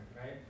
right